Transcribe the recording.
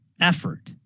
effort